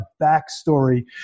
backstory